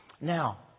Now